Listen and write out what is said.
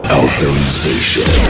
authorization